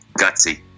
Gutsy